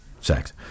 sex